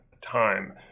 time